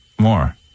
more